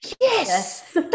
Yes